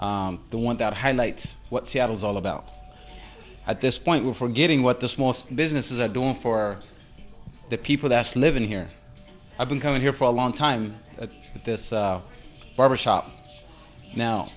the one that highlights what seattle is all about at this point we're forgetting what the small businesses are doing for the people that's living here i've been coming here for a long time but this barbershop now